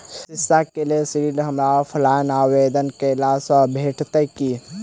शिक्षा केँ लेल ऋण, हमरा ऑफलाइन आवेदन कैला सँ भेटतय की?